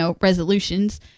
resolutions